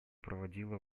проводила